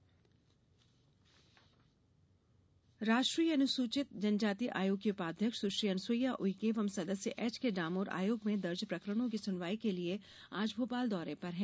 अनुसुईया उइके राष्ट्रीय अनुसूचित जनजाति आयोग की उपाध्यक्ष सुश्री अनुसूईया उइके एवं सदस्य एच के डामोर आयोग में दर्ज प्रकरणों की सुनवाई के लिए आज भोपाल दौर पर हैं